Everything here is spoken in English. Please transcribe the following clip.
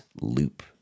loop